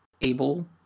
able